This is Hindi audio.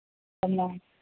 प्रणाम